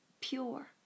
pure